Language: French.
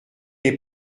les